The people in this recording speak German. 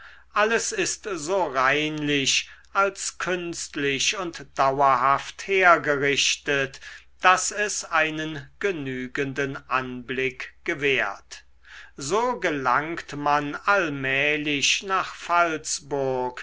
alles ist so reinlich als künstlich und dauerhaft hergerichtet daß es einen genügenden anblick gewährt so gelangt man allmählich nach